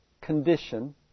condition